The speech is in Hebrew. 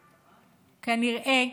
כנראה,